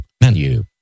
Menu